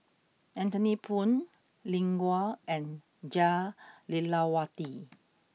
Anthony Poon Lin Gao and Jah Lelawati